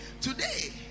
today